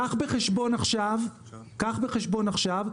קח בחשבון עכשיו שאתה מזמין וולט.